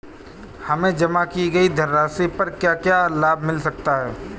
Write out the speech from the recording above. हमें जमा की गई धनराशि पर क्या क्या लाभ मिल सकता है?